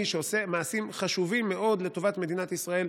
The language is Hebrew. שעושה מעשים חשובים מאוד לטובת מדינת ישראל,